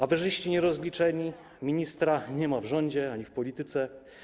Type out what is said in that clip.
Aferzyści nierozliczeni, ministra nie ma w rządzie ani w polityce.